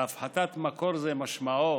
והפחתת מקור זה משמעו